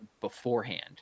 beforehand